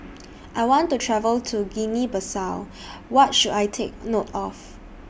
I want to travel to Guinea Bissau What should I Take note of